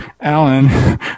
Alan